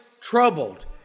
troubled